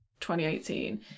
2018